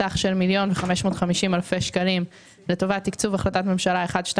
סך של 1,550,000 שקלים לטובת תקצוב החלטת ממשלה מס'